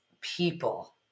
people